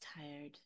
tired